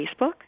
Facebook